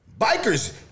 bikers